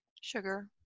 sugar